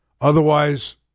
Otherwise